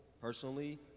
personally